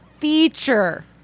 feature